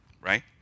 Right